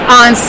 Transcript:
on